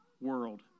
world